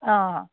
অঁ